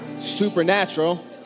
supernatural